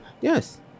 Yes